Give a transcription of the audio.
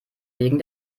wegen